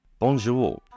Bonjour